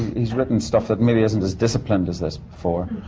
he's written stuff that maybe isn't as disciplined as this before.